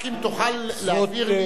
רק אם תוכל להבהיר לי,